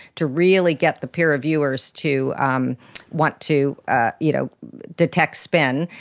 to really get the peer reviewers to um want to ah you know detect spin.